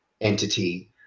entity